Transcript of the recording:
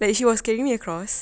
like she was carrying me across